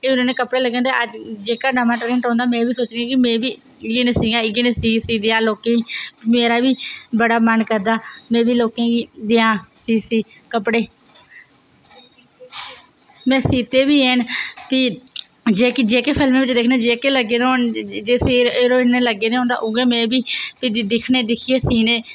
कपड़े लग्गे दे होंदे जेह्ड़ा नमां ट्रैंड औंदा में बी सोचनी आं कि में बी इयै जेह् सीआं इयै जेह् सीऽ सीऽ देआं लोकें गी मेरा बी बड़ा मन करदा में बी लोकें गी देआं सीऽ सीऽ कपड़े में सीचे बी हैन कि जेह्की फिल्में बिच्च दिक्खने जेह्के लग्गे दे होन जेह्के हीरोइनें लग्गे दा होन दिक्खने फ्ही दिक्खियै सीने